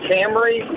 Camry